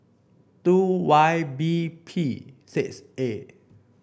two Y B P six A